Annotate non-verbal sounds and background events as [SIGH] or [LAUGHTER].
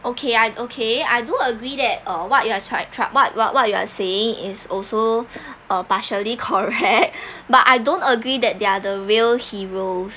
okay I okay I do agree that uh what you are try try what what you are saying is also [BREATH] uh partially correct [LAUGHS] [BREATH] but I don't agree that they're the real heroes